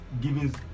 giving